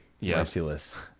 Merciless